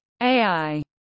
AI